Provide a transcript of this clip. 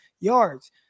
yards